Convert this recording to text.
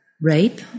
rape